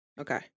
Okay